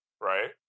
right